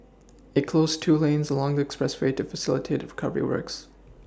it closed two lanes along the expressway to facilitate recovery works